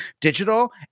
digital